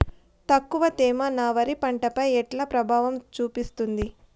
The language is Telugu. తక్కువ తేమ నా వరి పంట పై ఎట్లా ప్రభావం చూపిస్తుంది?